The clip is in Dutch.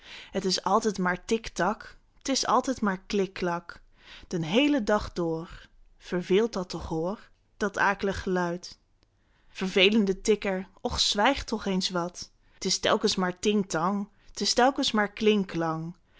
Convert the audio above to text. t is altijd maar tik tak t is altijd maar klik klak den heelen dag door verveelt dat toch hoor dat ak'lig geluid vervelende tikker och zwijg toch eens wat t is telkens maar ting tang t is telkens maar